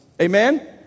Amen